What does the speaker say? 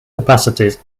capacities